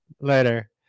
Later